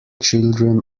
children